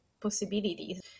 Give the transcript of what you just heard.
possibilities